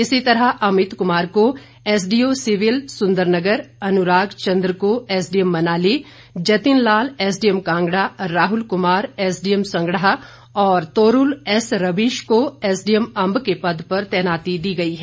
इसी तरह अमित कुमार को एसडीओ सिविल सुंदरनगर अनुराग चंद्र को SDM Manali Jatin Lal SDM Kangra Rahul Kumar SDM Sangrah और तोरूल एस रविश को एसडीएम अंब के पद पर तैनाती दी गई है